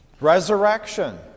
Resurrection